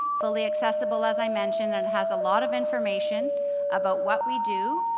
fully accessible as i mentioned and has a lot of information about what we do,